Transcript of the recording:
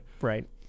Right